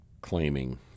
claiming